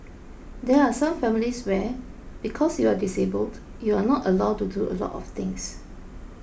there are some families where because you are disabled you are not allowed to do a lot of things